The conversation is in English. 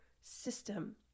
system